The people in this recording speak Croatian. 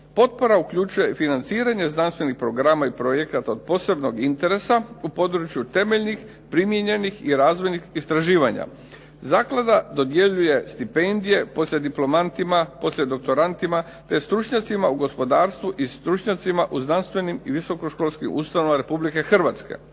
Potpora uključuje financiranje znanstvenih programa i projekata od posebnog interesa u području temeljnih, primijenjenih i razvojnih istraživanja. Zaklada dodjeljuje stipendije poslijediplomantima, poslijedoktorantima, te stručnjacima u gospodarstvu i stručnjacima u znanstvenim i visoko školskim ustanova Republike Hrvatske".